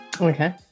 Okay